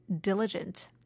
diligent